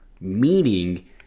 meaning